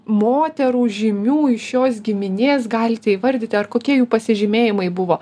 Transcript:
moterų žymių iš šios giminės galite įvardyti ar kokie jų pasižymėjimai buvo